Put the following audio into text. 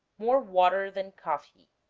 more water than coffee